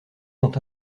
sont